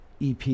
EP